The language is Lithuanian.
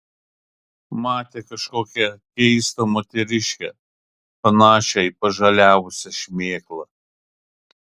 matė kažkokią keistą moteriškę panašią į pažaliavusią šmėklą